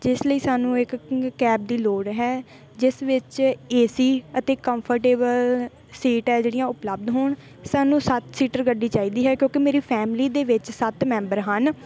ਜਿਸ ਲਈ ਸਾਨੂੰ ਇੱਕ ਕੈਬ ਦੀ ਲੋੜ ਹੈ ਜਿਸ ਵਿੱਚ ਏ ਸੀ ਅਤੇ ਕੰਫਰਟੇਬਲ ਸੀਟ ਹੈ ਜਿਹੜੀਆਂ ਉਪਲੱਬਧ ਹੋਣ ਸਾਨੂੰ ਸੱਤ ਸੀਟਰ ਗੱਡੀ ਚਾਹੀਦੀ ਹੈ ਕਿਉਂਕਿ ਮੇਰੀ ਫੈਮਿਲੀ ਦੇ ਵਿੱਚ ਸੱਤ ਮੈਂਬਰ ਹਨ